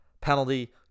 penalty